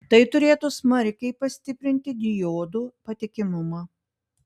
tai turėtų smarkiai pastiprinti diodų patikimumą